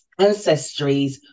ancestries